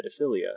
pedophilia